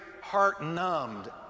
heart-numbed